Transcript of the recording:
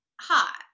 Hot